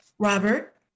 Robert